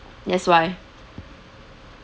that's why